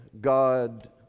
God